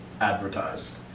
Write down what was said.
advertised